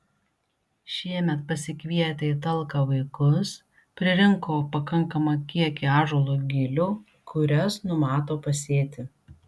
šiemet pasikvietę į talką vaikus pririnko pakankamą kiekį ąžuolo gilių kurias numato pasėti